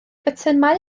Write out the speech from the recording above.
botymau